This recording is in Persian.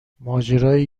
ماجرای